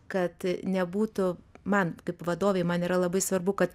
kad nebūtų man kaip vadovei man yra labai svarbu kad